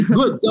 good